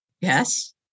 Yes